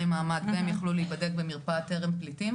מעמד והם יכלו להיבדק במרפאת טרם פליטים,